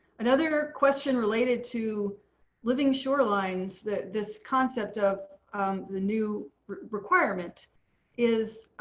another question related to living shorelines that this concept of the new requirement is